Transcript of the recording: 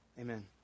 Amen